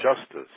justice